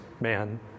man